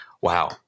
wow